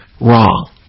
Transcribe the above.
wrong